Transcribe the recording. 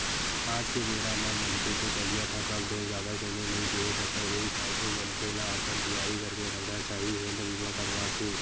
आज के बेरा म मनखे के तबीयत ह कब डोल जावय कोनो नइ केहे सकय उही पाय के मनखे ल अपन तियारी करके रखना चाही हेल्थ बीमा करवाके